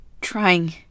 trying